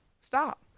Stop